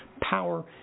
power